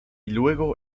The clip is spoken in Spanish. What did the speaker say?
luego